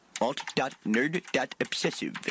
Alt.nerd.obsessive